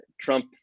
Trump